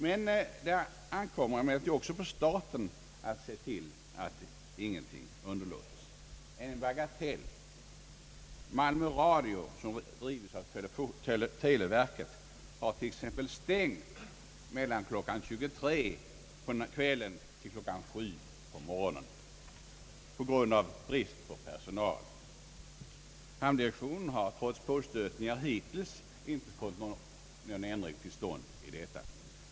Det ankommer emellertid också på staten att se till att ingenting underlåtes. Det är visserligen en bagatell, men Malmö radio som drivs av televerket har stängt mellan kl. 23.00 och kl. 7.00 på morgonen på grund av brist på personal. Hamndirektionen har trots påstötningar hittills inte kunnat få någon ändring till stånd i detta avseende.